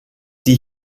die